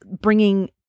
bringing